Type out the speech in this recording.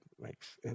makes